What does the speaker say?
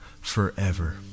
forever